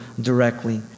directly